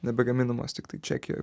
nebegaminamos tiktai čekijoj